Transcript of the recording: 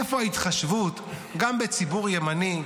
איפה ההתחשבות גם בציבור ימני,